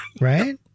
right